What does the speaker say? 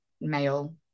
male